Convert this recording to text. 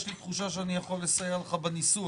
יש לי תחושה שאני יכול לסייע לך בניסוח.